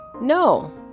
no